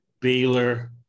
Baylor